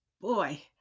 boy